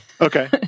Okay